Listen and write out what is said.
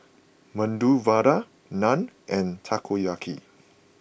Medu Vada Naan and Takoyaki